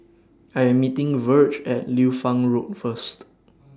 I Am meeting Virge At Liu Fang Road First